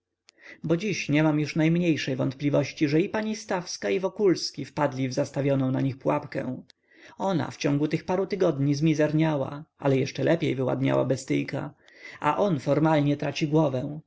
bo dziś nie mam już najmniejszej wątpliwości że i pani stawska i wokulski wpadli w zastawioną na nich pułapkę ona w ciągu paru tygodni zmizerniała ale jeszcze lepiej wyładniała bestyjka a on formalnie traci głowę